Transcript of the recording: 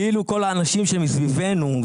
כאילו כל האנשים שמסביבנו,